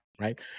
Right